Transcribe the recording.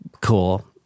cool